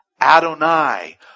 Adonai